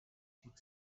gut